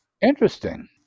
Interesting